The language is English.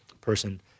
person